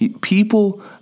People